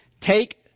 take